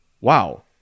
wow